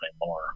more